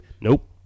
Nope